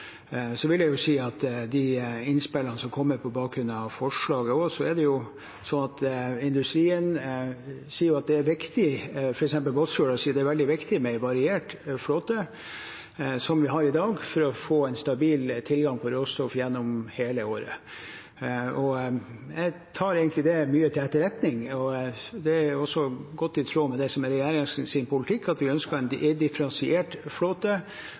bakgrunn av forslaget, at industrien sier det er viktig – f.eks. i Båtsfjord – med en variert flåte, som vi har i dag, for å få en stabil tilgang på råstoff gjennom hele året. Jeg tar mye av det til etterretning, og det er godt i tråd med regjeringens politikk. Vi ønsker en differensiert flåte, både store og små, og jeg synes det er interessant å se at så mange unge ønsker